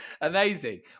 Amazing